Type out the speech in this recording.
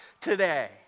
today